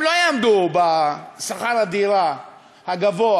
הם לא יעמדו בשכר הדירה הגבוה